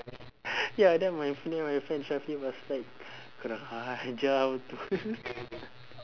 ya then my friend my friend shafi was like kurang ajar betul